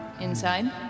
Inside